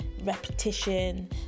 repetition